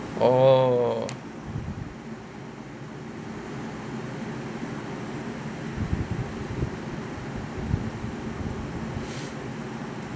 orh